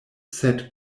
sed